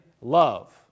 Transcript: love